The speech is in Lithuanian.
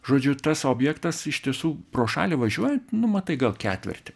žodžiu tas objektas iš tiesų pro šalį važiuojant nu matai gal ketvertį